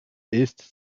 ist